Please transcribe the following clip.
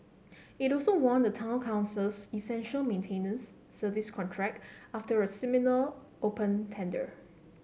it also won the Town Council's essential maintenance service contract after a similar open tender